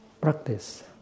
practice